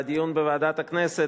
בדיון בוועדת הכנסת,